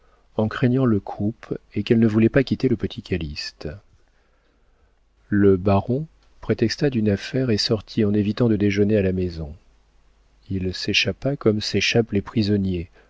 en craignant le croup et qu'elle ne voulait pas quitter le petit calyste le baron prétexta d'une affaire et sortit en évitant de déjeuner à la maison il s'échappa comme s'échappent les prisonniers